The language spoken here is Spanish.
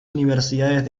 universidades